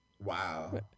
Wow